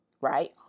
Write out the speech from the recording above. right